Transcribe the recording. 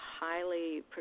highly